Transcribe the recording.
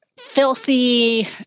filthy